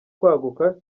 kwaguka